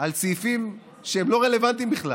על סעיפים שהם לא רלוונטיים בכלל.